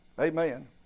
Amen